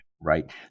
Right